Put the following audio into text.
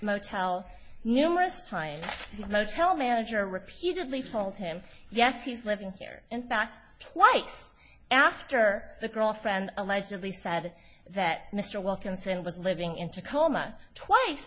motel numerous times motel manager repeatedly told him yes he's living here in fact twice after the girlfriend allegedly said that mr wilkinson was living in tacoma twice